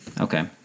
okay